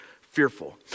fearful